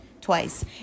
twice